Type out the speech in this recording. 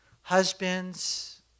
Husbands